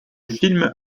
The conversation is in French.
film